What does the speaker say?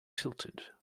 tilted